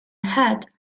hut